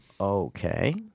Okay